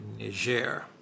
Niger